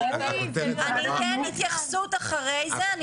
הכותרת אמרה, אני אתן התייחסות אחרי זה.